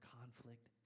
conflict